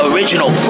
Original